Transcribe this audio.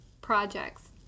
projects